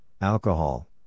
alcohol